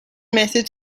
method